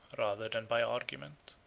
rather than by argument.